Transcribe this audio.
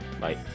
Bye